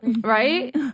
Right